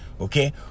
Okay